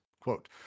Quote